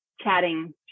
chatting